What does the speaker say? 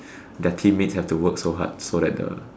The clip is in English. their teammates have to work so hard so that the